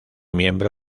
miembro